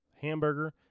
Hamburger